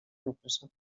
microsoft